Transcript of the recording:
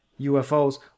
UFOs